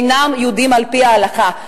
שאינם יהודים על-פי ההלכה,